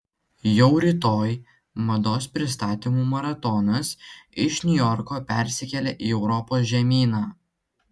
jau rytoj mados pristatymų maratonas iš niujorko persikelia į europos žemyną